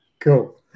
Cool